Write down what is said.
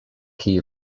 key